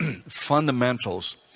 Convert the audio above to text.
fundamentals